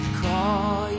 call